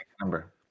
number